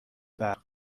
برق